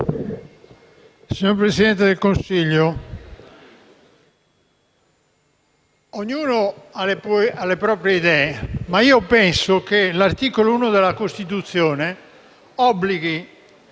Signor Presidente del Consiglio, ognuno ha le proprie idee, ma io penso che l'articolo 1 della Costituzione obblighi